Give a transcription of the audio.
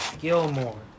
Gilmore